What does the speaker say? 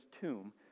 tomb